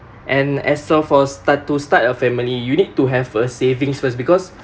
and as a for start to start a family you need to have a savings first because